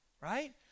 right